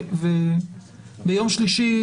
ביום שלישי,